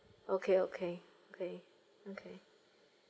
okay okay okay okay